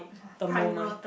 the moment